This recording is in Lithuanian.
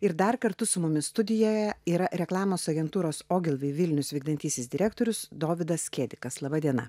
ir dar kartu su mumis studijoje yra reklamos agentūros ogilvi vilnius vykdantysis direktorius dovydas kėdikas laba diena